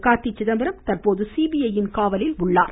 கார்த்தி சிதம்பரம் தற்போது ஊடிஜ காவலில் உள்ளார்